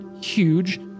huge